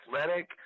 athletic